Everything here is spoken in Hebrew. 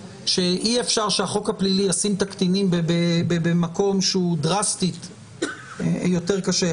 שאי-אפשר שהחוק הפלילי ישים את הקטינים במקום שהוא דרסטית יותר קשה.